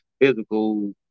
physical